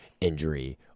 injury